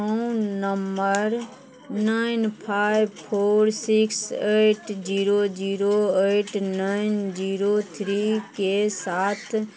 phone number nine five four six eight zero zero eight nine zero three के साथ